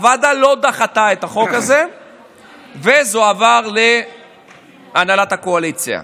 הוועדה לא דחתה את החוק הזה וזה הועבר להנהלת הקואליציה.